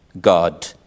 god